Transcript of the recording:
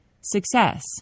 success